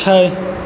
छै